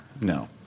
No